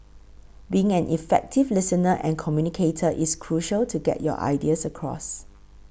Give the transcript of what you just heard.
being an effective listener and communicator is crucial to get your ideas across